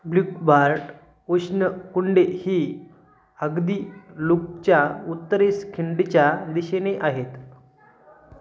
ब्ल्युकबार्ट उष्णकुंडे ही अगदी लुकच्या उत्तरेस खिंडीच्या दिशेने आहेत